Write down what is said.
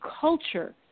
culture